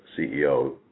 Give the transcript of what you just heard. CEO